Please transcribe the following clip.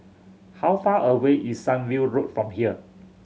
how far away is Sunview Road from here